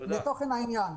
לתוכן העניין,